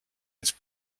its